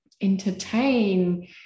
entertain